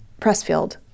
Pressfield